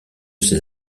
ses